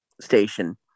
station